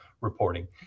reporting